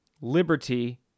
liberty